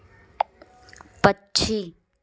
पक्षी